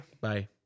Bye